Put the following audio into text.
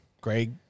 Greg